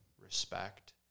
respect